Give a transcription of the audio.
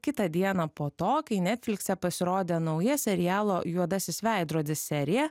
kitą dieną po to kai netflikse pasirodė nauja serialo juodasis veidrodis serija